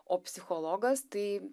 o psichologas tai